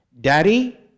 Daddy